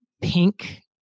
pink